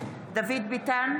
דוד ביטן,